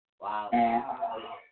Wow